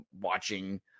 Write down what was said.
watching